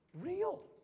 real